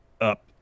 up